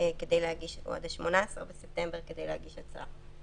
או עד ה-18 בספטמבר כדי להגיש הצהרה.